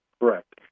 Correct